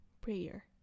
Prayer